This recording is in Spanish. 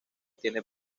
tiene